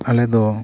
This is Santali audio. ᱟᱞᱮ ᱫᱚ